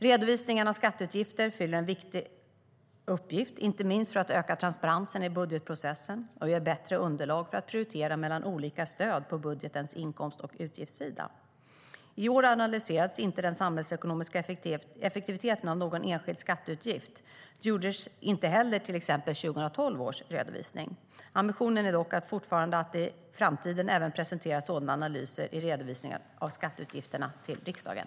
Redovisningen av skatteutgifter fyller en viktig uppgift, inte minst för att öka transparensen i budgetprocessen och ge ett bättre underlag för att prioritera mellan olika stöd på budgetens inkomst respektive utgiftssida. I år analyserades inte den samhällsekonomiska effektiviteten av någon enskild skatteutgift. Det gjordes inte heller i till exempel 2012 års redovisning. Ambitionen är dock fortfarande att i framtiden även presentera sådana analyser i redovisningen av skatteutgifterna till riksdagen.